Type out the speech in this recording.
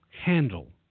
handle